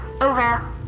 Over